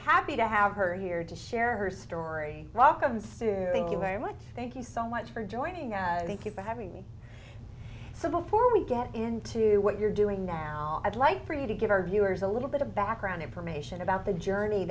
happy to have her here to share her story rock and soon you very much thank you so much for joining us thank you for having me so before we get into what you're doing now i'd like for you to give our viewers a little bit of background information about the journey